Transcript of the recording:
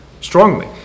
strongly